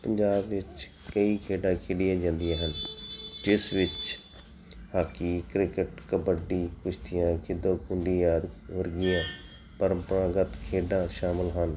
ਪੰਜਾਬ ਵਿੱਚ ਕਈ ਖੇਡਾਂ ਖੇਡੀਆਂ ਜਾਂਦੀਆਂ ਹਨ ਜਿਸ ਵਿੱਚ ਹਾਕੀ ਕ੍ਰਿਕਟ ਕਬੱਡੀ ਕੁਸ਼ਤੀਆਂ ਖਿੱਦੋਂ ਖੁੰਡੀ ਆਦਿ ਵਰਗੀਆਂ ਪਰੰਪਰਾਗਤ ਖੇਡਾਂ ਸ਼ਾਮਿਲ ਹਨ